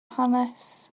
hanes